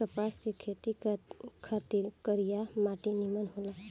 कपास के खेती खातिर करिया माटी निमन होला